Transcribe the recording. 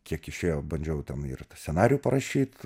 kiek išėjo bandžiau ten ir scenarijų parašyt